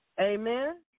Amen